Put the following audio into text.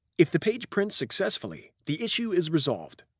if the page prints successfully, the issue is resolved.